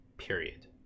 Period